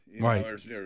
Right